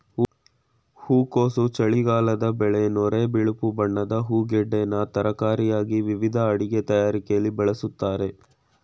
ಹೂಕೋಸು ಚಳಿಗಾಲದ ಬೆಳೆ ನೊರೆ ಬಿಳುಪು ಬಣ್ಣದ ಹೂಗೆಡ್ಡೆನ ತರಕಾರಿಯಾಗಿ ವಿವಿಧ ಅಡಿಗೆ ತಯಾರಿಕೆಲಿ ಬಳಸ್ತಾರೆ